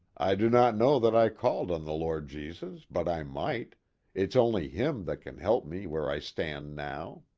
i do not know that i called on the lord jesus, but i might it's only him that can help me where i stand now.